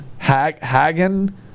Hagen